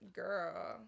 girl